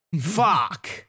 Fuck